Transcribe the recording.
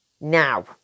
Now